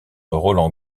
roland